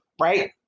Right